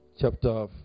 Chapter